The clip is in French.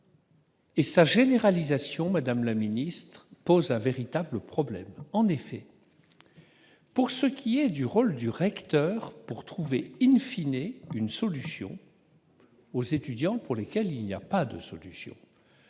Et sa généralisation, Madame la Ministre pose un véritable problème, en effet, pour ce qui est du rôle du recteur pour trouver in fine et une solution aux étudiants pour lesquels il n'y a pas de solution,